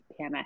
PMS